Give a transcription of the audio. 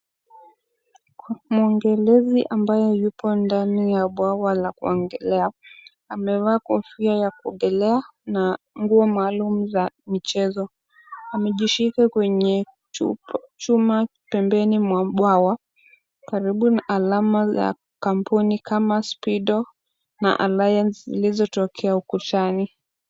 Mwogelezi ambaye huko kwenye bwawa la kuogelea, amevaa kofia ya kuogelea na nguo maalum za michezo. Amejishika kwenye chupa chuma pembeni mwa bwawa karibu na alama za kampuni kama Speedo na Alliance zilizotokea ukutani.